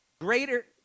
greater